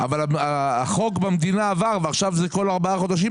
אבל החוק במדינה עבר ועכשיו אלה בחירות כל ארבעה חודשים,